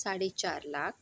साडेचार लाख